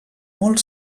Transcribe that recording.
molt